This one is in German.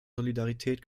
solidarität